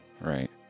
Right